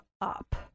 up